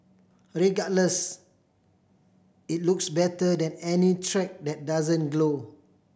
regardless it looks better than any track that doesn't glow